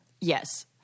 yes